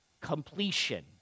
completion